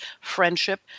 friendship